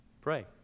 Pray